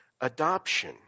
adoption